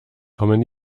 kommen